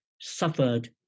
suffered